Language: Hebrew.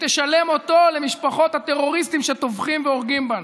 תשלם אותו למשפחות הטרוריסטים שטובחים והורגים בנו.